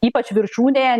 ypač viršūnėje